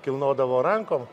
kilnodavo rankom